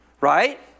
Right